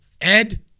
Ed